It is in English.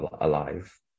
alive